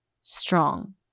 strong